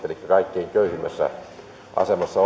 elikkä kaikkein köyhimmässä asemassa